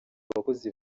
bakozi